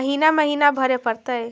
महिना महिना भरे परतैय?